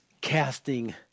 casting